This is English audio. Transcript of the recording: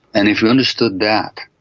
and if we understood that,